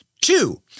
Two